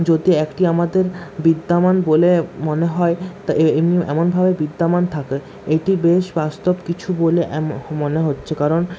যদি একটি আমাদের বৃত্তামান বলে মনে হয় এমনভাবে বৃত্তামান থাকে এটি বেশ বাস্তব কিছু বলে মনে হচ্ছে কারণ